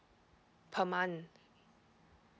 per month